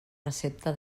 recepta